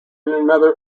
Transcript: another